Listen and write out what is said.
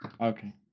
Okay